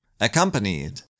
accompanied